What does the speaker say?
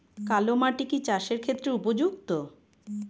কালো মাটি কি চাষের ক্ষেত্রে উপযুক্ত?